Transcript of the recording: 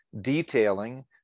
detailing